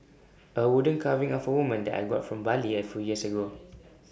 A wooden carving of A woman that I got from Bali A few years ago